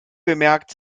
bemerkt